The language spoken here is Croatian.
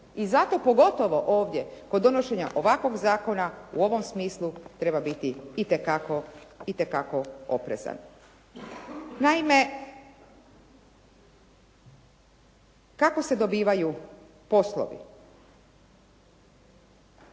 i zato pogotovo ovdje, kod donošenja ovakvog zakona, u ovom smislu treba biti itekako oprezan. Naime, kako se dobivaju poslovi.